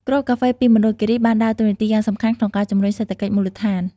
គ្រាប់កាហ្វេពីមណ្ឌលគិរីបានដើរតួនាទីយ៉ាងសំខាន់ក្នុងការជំរុញសេដ្ឋកិច្ចមូលដ្ឋាន។